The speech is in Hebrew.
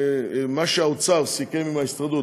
האוצר סיכם עם ההסתדרות,